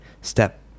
step